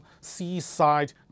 seaside